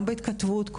גם בהתכתבות,